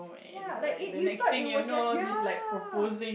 ya like you you thought it was your ya